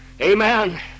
Amen